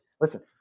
Listen